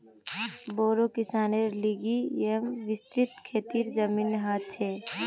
बोड़ो किसानेर लिगि येमं विस्तृत खेतीर जमीन ह छे